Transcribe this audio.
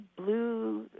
blue